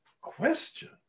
question